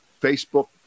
Facebook